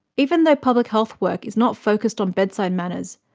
even though public health work is not focused on bedside manners,